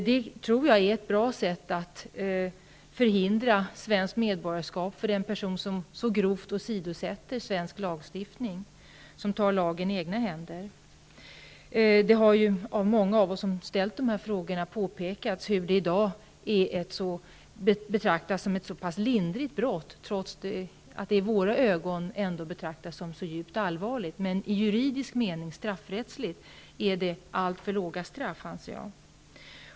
Det tror jag är ett bra sätt att förhindra svenskt medborgarskap för den person som så grovt åsidosätter svensk lagstiftning och tar lagen i egna händer. Som många av oss som har ställt de här frågorna har påpekat, betraktas bortrövande av barn i dag som ett lindrigt brott i juridisk mening, trots att det i våra ögon framstår som djupt allvarligt. Straffrättsligt är det alltför låga straff, anser jag.